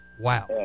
Wow